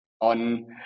on